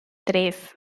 tres